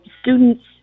students